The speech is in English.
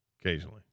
Occasionally